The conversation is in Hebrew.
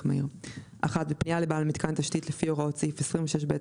מהיר (1) בפנייה לבעל מיתקן תשתית לפי הוראות סעיף 26ב1,